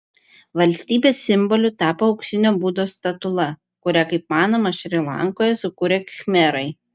valstybės simboliu tapo auksinio budos statula kurią kaip manoma šri lankoje sukūrė khmerai